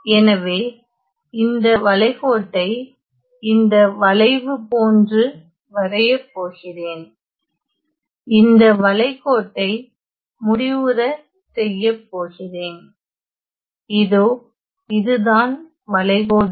எனவே இந்த வளைகோட்டை இந்த வளைவு போன்று வரைய போகிறேன் இந்த வளைகோட்டை முடிவுர செய்யப்போகிறேன் இதோ இதுதான் வளைகோடு C